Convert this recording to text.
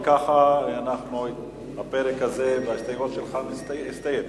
וככה הפרק הזה בהסתייגויות שלך הסתיים.